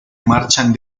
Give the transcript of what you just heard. marchan